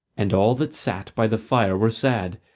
and all that sat by the fire were sad,